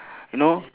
you know